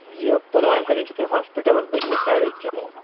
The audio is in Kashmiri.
یہِ پُلوامہِ کَتٮ۪ن چھُو تُہۍ ہاسپِٹَلَس بٔنِمہِ سایڈٕ کِنہٕ